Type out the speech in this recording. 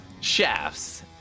shafts